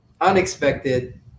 unexpected